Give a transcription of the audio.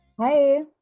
Hi